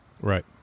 right